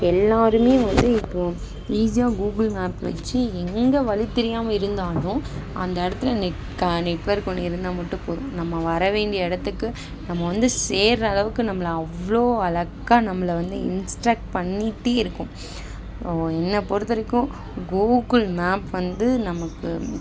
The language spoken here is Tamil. எல்லோரும் வந்து இப்போது ஈஸியாக கூகுள் மேப் வச்சி எங்கே வழி தெரியாமல் இருந்தாலும் அந்த இடத்துல நெக் க நெட்வொர்க் ஒன்று இருந்தால் மட்டும் போதும் நம்ம வர வேண்டிய இடத்துக்கு நம்ம வந்து சேர்ற அளவுக்கு நம்மள அவ்வளோ அழகா நம்மளை வந்து இன்ஸ்ட்ரக்ட் பண்ணிகிட்டே இருக்கும் என்ன பொறுத்த வரைக்கும் கூகுள் மேப் வந்து நமக்கு